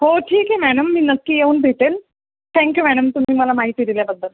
हो ठीक आहे मॅनम मी नक्की येऊन भेटेन थॅंक्यू मॅनम तुम्ही मला माहिती दिल्याबद्दल